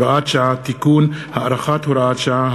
הוראת שעה) (תיקון) (הארכת הוראת השעה),